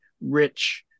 rich